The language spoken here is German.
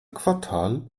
quartal